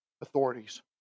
authorities